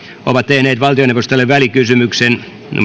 ovat tehneet valtioneuvostolle välikysymyksen